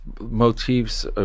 motifs